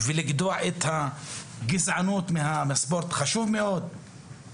ולגדוע את הגזענות מן הספורט, זה